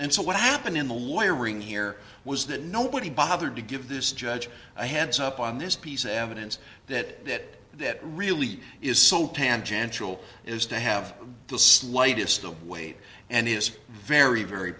and so what happened in the lawyer working here was that nobody bothered to give this judge a heads up on this piece of evidence that it really is so tangential as to have the slightest of weight and is very very